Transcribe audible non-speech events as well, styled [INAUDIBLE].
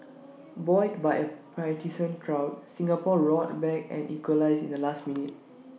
[NOISE] buoyed by A partisan crowd Singapore roared back and equalised in the last minute